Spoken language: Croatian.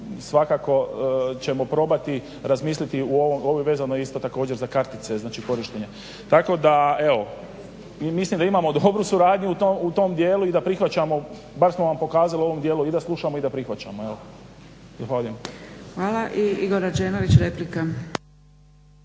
svakako ćemo probati razmisliti u ovom, ovo je vezano isto također za kartice znači korištenje. Tako da mislim da imamo dobru suradnju u tom dijelu i da prihvaćamo, baš smo vam pokazali u ovom dijelu i da slušamo i da prihvaćamo. Zahvaljujem. **Zgrebec, Dragica